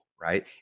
right